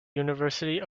university